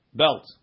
belt